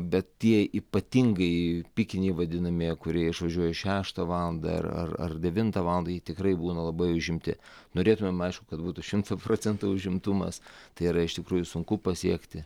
bet tie ypatingai pikiniai vadinami kurie išvažiuoja šeštą valandą ar ar ar devintą valandą jie tikrai būna labai užimti norėtume aišku kad būtų šimto procentų užimtumas tai yra iš tikrųjų sunku pasiekti